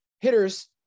Hitters